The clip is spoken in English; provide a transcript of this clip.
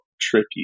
tricky